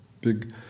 big